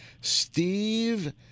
Steve